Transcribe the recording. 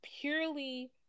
purely